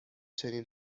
چنین